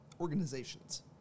organizations